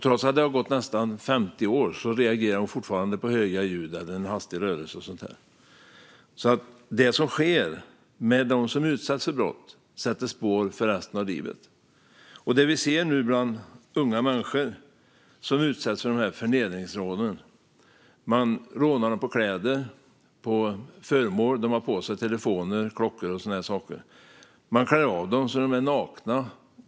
Trots att det har gått nästan 50 år reagerar hon fortfarande på höga ljud, en hastig rörelse och sådant. Brotten sätter spår för resten av livet. Vi ser nu att unga människor utsätts för förnedringsrån. Man rånar dem på kläder och på föremål de har på sig - telefoner, klockor och sådana saker. Man klär av dem så att de är nakna.